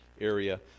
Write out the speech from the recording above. area